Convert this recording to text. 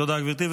תודה, גברתי.